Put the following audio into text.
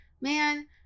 Man